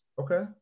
okay